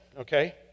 Okay